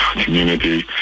community